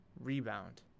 rebound